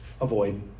Avoid